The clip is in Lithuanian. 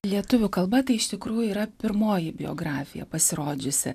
lietuvių kalba tai iš tikrųjų yra pirmoji biografija pasirodžiusi